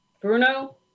Bruno